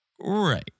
Right